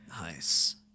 nice